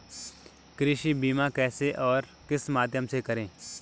कृषि बीमा कैसे और किस माध्यम से करें?